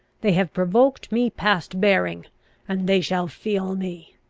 they have provoked me past bearing and they shall feel me!